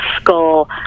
skull